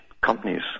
companies